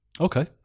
Okay